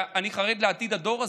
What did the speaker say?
אני חרד לעתיד הדור הזה,